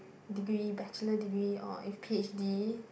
degree Bachelor degree or if P_H_D